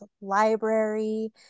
library